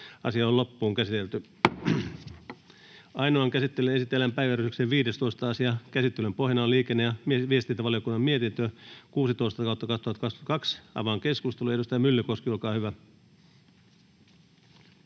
Time: N/A Content: Ainoaan käsittelyyn esitellään päiväjärjestyksen 15. asia. Käsittelyn pohjana on liikenne- ja viestintävaliokunnan mietintö LiVM 16/2022 vp. Avaan keskustelun. — Edustaja Myllykoski, olkaa hyvä.